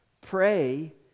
pray